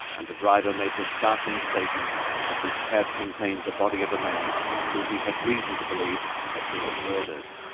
and the driver made the startling statement that his cab contained the body of a man whom he had reason to believe had been murdered.